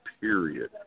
period